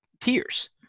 tears